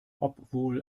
obwohl